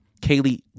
Kaylee